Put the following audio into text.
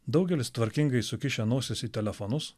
daugelis tvarkingai sukišę nosis į telefonus